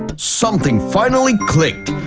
something finally clicked.